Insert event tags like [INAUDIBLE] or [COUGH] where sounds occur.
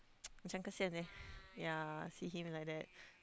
[NOISE] macam kesian seh yea see him like that